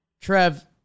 Trev